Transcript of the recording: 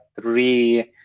three